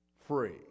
free